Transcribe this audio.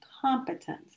competence